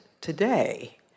today